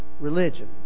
religion